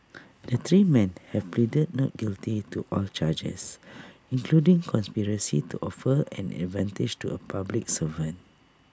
the three man have pleaded not guilty to all charges including conspiracy to offer an advantage to A public servant